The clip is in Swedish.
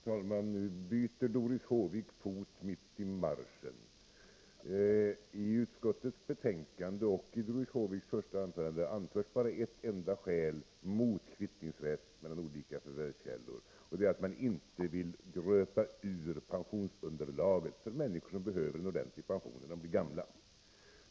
Fru talman! Nu byter Doris Håvik fot mitt i marschen. I utskottets betänkande och i Doris Håviks inlägg anförs bara ett enda skäl mot kvittningsrätt mellan olika förvärvskällor, och det är att man inte vill gröpa ur pensionsunderlaget för människor som behöver en ordentlig pension när de blir gamla.